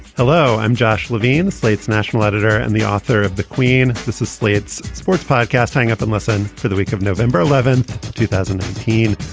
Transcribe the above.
hello i'm josh levine slate's national editor and the author of the queen. this is slate's sports podcast hang up and listen to the week of november eleven two thousand and thirteen.